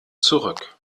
zurück